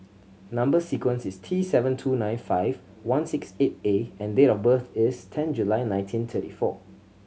number sequence is T seven two nine five one six eight A and date of birth is ten July nineteen thirty four